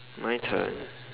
my turn